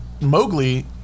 Mowgli